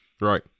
Right